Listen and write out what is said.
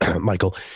Michael